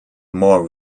more